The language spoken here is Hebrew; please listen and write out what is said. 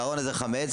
והארון הזה חמץ,